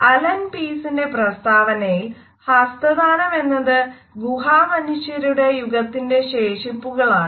Allen പീസിന്റെ പ്രസ്താവനയിൽ ഹസ്തദാനമെന്നത് ഗുഹാമനുഷ്യരുടെ യുഗത്തിന്റെ ശേഷിപ്പുകളാണ്